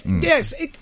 yes